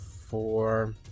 four